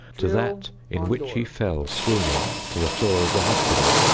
to that in which he fell swooning to the floor of the hospital.